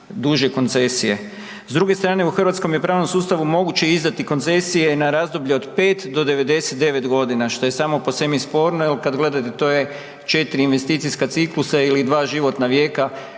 duže koncesije. S druge strane, u hrvatskom je pravnom sustavu moguće izdati koncesije na razdoblje od 5 do 99.g., što je samo po sebi sporno. Evo kad gledate to je 4 investicijska ciklusa ili dva životna vijeka,